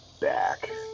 back